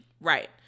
Right